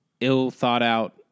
ill-thought-out